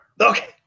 Okay